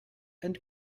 and